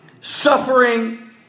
suffering